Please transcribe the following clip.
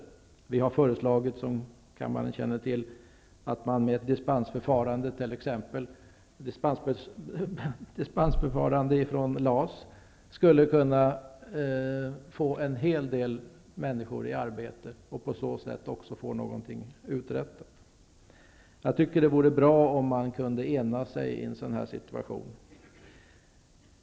Som kammaren känner till har vi föreslagit att man genom ett förfarande med dispens från LAS skulle kunna få en hel del människor i arbete och även få någonting uträttat. Det vore bra om vi kunde ena oss i en sådan här situation.